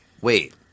Wait